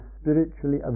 spiritually